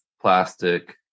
plastic